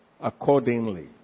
accordingly